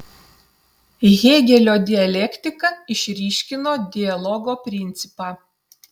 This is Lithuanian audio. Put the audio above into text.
hėgelio dialektika išryškino dialogo principą